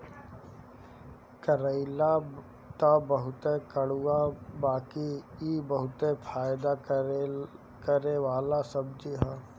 करइली तअ बहुते कड़ूआला बाकि इ बहुते फायदा करेवाला सब्जी हअ